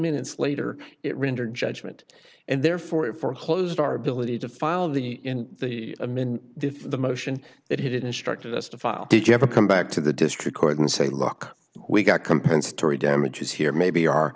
minutes later it render judgment and therefore it for a closed our ability to file the in the i'm in if the motion it had instructed us to file did you ever come back to the district court and say look we got compensatory damages here maybe our